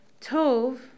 Tov